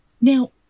Now